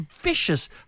vicious